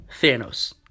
Thanos